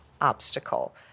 obstacle